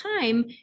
time